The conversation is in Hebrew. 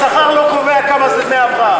השכר לא קובע כמה זה דמי הבראה.